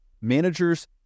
managers